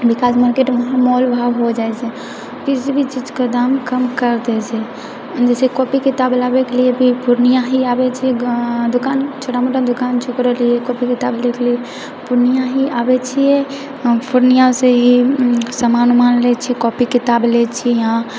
विकाश मार्केटमे वहाँ मोल भाव हो जाइ छै किछु भी चीजके दाम कम कर दै छै जैसे कॉपी किताब लाबैके लिए भी पूर्णिया ही आबै छी दुकान छोटा मोटा दुकान छै ओकरे के लिए कॉपी किताब लए के लिए पूर्णिया ही आबै छियै पूर्णिया से ही सामान ऊमान लै छियै कॉपी किताब लै छियै यहाँ